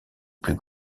plus